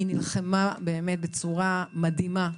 היא נלחמה באמת בצורה מדהימה,